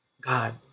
God